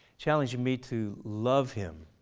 challenging me to love him,